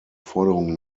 forderung